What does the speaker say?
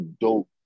dope